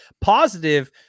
positive